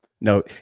No